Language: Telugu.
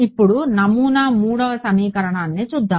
ఇప్పుడు నమూనా 3వ సమీకరణాన్ని చూద్దాం